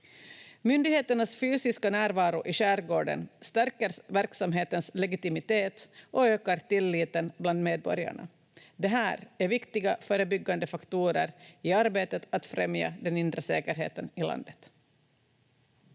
Myndigheternas fysiska närvaro i skärgården stärker verksamhetens legitimitet och ökar tilliten bland medborgarna. Det här är viktiga förebyggande faktorer i arbetet att främja den inre säkerheten i landet.